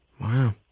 Wow